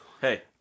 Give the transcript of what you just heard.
hey